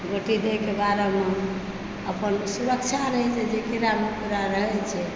गोटी दएके बाद अपन सुरक्षा रहए छै जे कीड़ा मकोड़ा रहए छै